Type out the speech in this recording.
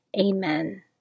Amen